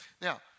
Now